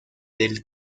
del